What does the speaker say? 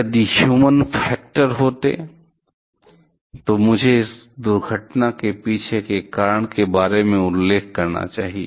यदि human factor होते तो मुझे इस दुर्घटना के पीछे के कारण के बारे में उल्लेख करना चाहिए